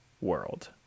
world